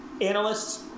analysts